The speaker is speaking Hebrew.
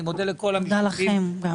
תודה לכם.